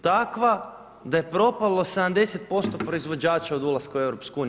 Takva, da je propalo 70% proizvođača od ulaska u EU.